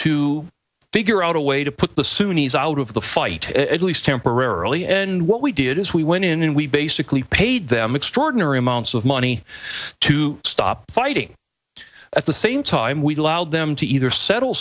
to figure out a way to put the sunni's out of the fight at least temporarily and what we did is we went in and we basically paid them extraordinary amounts of money to stop fighting at the same time we allowed them to either settle